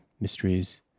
Mysteries